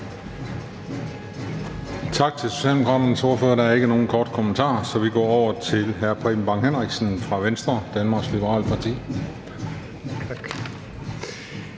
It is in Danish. Tak til Socialdemokraternes ordfører. Der er ikke nogen korte bemærkninger, så vi går videre til hr. Preben Bang Henriksen fra Venstre, Danmarks Liberale Parti.